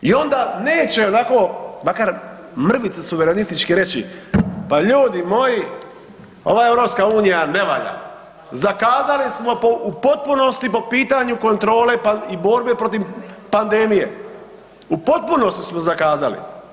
I onda neće onako makar mrvicu suverenistički reći pa ljudi moji ova EU ne valja, zakazali smo u potpunosti po pitanju kontrole i borbe protiv pandemije, u potpunosti smo zakazali.